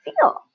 feel